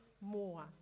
more